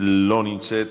אינה נוכחת.